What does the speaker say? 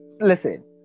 listen